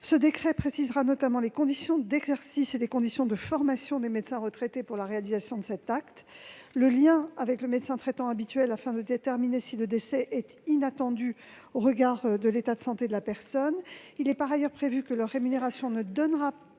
Ce décret précisera notamment les conditions d'exercice et de formation des médecins retraités pour la réalisation de cet acte, ainsi quele lien avec le médecin traitant habituel, afin de déterminer si le décès est inattendu au regard de l'état de santé de la personne. Il est par ailleurs prévu que la rémunération ne donnera pas